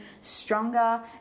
stronger